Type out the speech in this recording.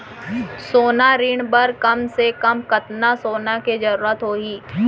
सोना ऋण बर कम से कम कतना सोना के जरूरत होही??